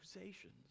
accusations